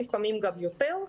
לפעמים גם יותר.